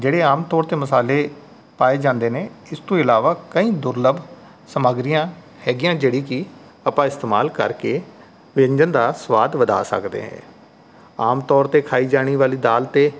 ਜਿਹੜੇ ਆਮ ਤੌਰ 'ਤੇ ਮਸਾਲੇ ਪਾਏ ਜਾਂਦੇ ਨੇ ਇਸ ਤੋਂ ਇਲਾਵਾ ਕਈ ਦੁਰਲੱਭ ਸਮੱਗਰੀਆਂ ਹੈਗੀਆਂ ਜਿਹੜੀ ਕਿ ਆਪਾਂ ਇਸਤੇਮਾਲ ਕਰਕੇ ਵਿਅੰਜਨ ਦਾ ਸਵਾਦ ਵਧਾ ਸਕਦੇ ਹਾਂ ਆਮ ਤੌਰ 'ਤੇ ਖਾਧੀ ਜਾਣ ਵਾਲੀ ਦਾਲ 'ਤੇ